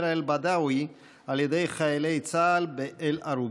אל-בדווי על ידי חיילי צה"ל באל-ערוב.